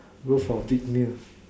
go for big meal